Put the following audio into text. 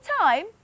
time